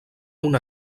una